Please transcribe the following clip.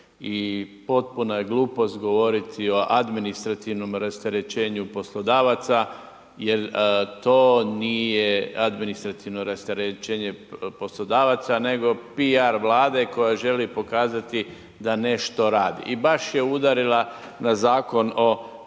potpuno je glupost govoriti o administrativnom rasterećenju poslodavaca jer to nije administrativno rasterećenje poslodavaca nego PR Vlade koja želi pokazati da nešto radi. I baš je udarila na Zakon o